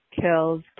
kills